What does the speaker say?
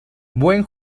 buen